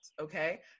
Okay